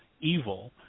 evil